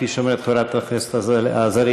כפי שאומרת חברת הכנסת עזריה,